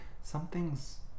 something's